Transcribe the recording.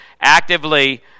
actively